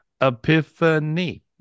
Epiphany